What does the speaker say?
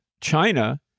China